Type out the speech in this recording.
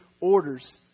orders